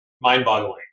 mind-boggling